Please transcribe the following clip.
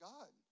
God